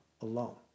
alone